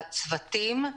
לצוותים,